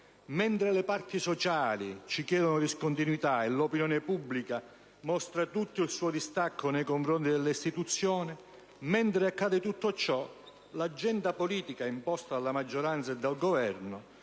mentre le parti sociali ci chiedono discontinuità e l'opinione pubblica mostra tutto il suo distacco nei confronti delle istituzioni, mentre accade tutto ciò, l'agenda politica imposta dalla maggioranza e dal Governo,